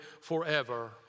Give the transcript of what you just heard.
forever